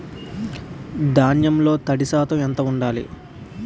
ధాన్యంలో తడి శాతం ఎంత ఉండాలి?